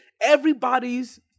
Everybody's